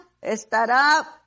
estará